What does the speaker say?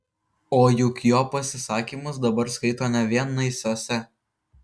o juk jo pasisakymus dabar skaito ne vien naisiuose